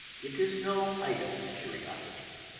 it is no idle curiosity.